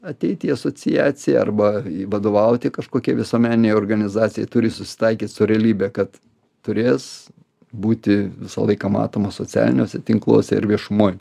ateit į asociaciją arba vadovauti kažkokiai visuomeninei organizacijai turi susitaikyt su realybe kad turės būti visą laiką matomas socialiniuose tinkluose ir viešumoj